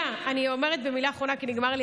אבל,